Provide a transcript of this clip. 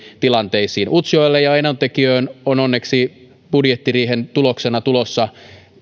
tilanteisiin utsjoelle ja enontekiöön on onneksi budjettiriihen tuloksena tulossa